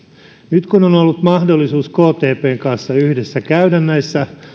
nyt kun on on ollut mahdollisuus kptn kanssa yhdessä käydä näissä